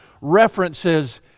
references